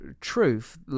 truth